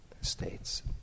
states